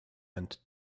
and